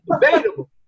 debatable